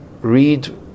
read